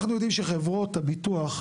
אנחנו יודעים שחברות הביטוח,